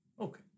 okay